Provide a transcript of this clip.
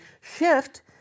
shift